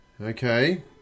Okay